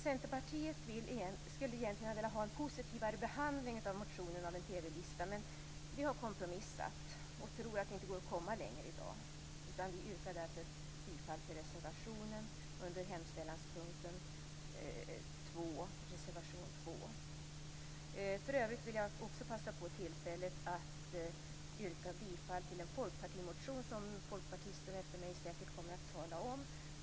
Centerpartiet skulle egentligen ha velat se en positivare behandling av motionen om en TV-lista, men vi har kompromissat och tror att det inte går att komma längre i dag. Vi yrkar därför bifall till reservation 2 under mom. 2. För övrigt vill jag passa på tillfället att yrka bifall till en folkpartimotion, som folkpartisten efter mig säkert kommer att tala om.